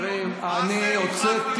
אנחנו עוברים להצעת